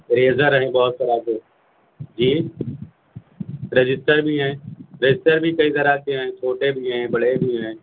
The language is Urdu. اریزر ہیں بہت طرح کے جی رجسٹر بھی ہیں رجسٹر بھی کئی طرح کے ہیں چھوٹے بھی ہیں بڑے بھی ہیں